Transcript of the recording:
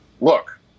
Look